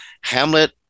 Hamlet